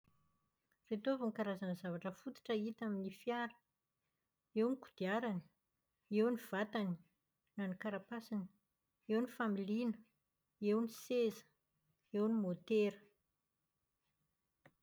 Ireto avy ny karazana zavatra fototra hita amin'ny fiara. Eo ny kodiarany, eo ny vatany na ny karapasiny, eo ny familiana. Eo ny seza, eo ny motera.